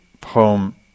poem